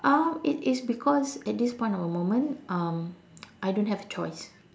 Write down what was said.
um it is because at this point of the moment um I don't have a choice